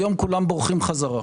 היום כולם בורחים בחזרה.